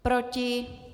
Proti?